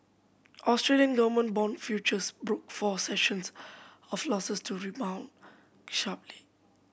Australian government bond futures broke four sessions of losses to rebound sharply